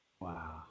Wow